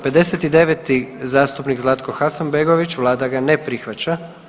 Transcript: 59. zastupnik Zlatko Hasanbegović vlada ga ne prihvaća.